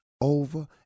over